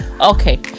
okay